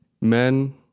men